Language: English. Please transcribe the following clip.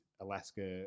alaska